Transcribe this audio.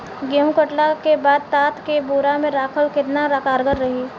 गेंहू कटला के बाद तात के बोरा मे राखल केतना कारगर रही?